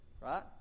right